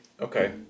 Okay